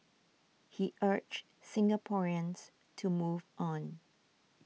he urged Singaporeans to move on